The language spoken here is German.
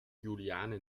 juliane